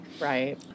Right